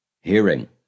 hearing